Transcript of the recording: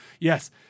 Yes